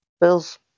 Bills